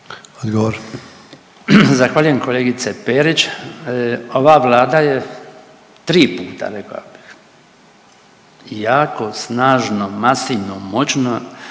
Odgovor.